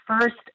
first